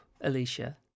alicia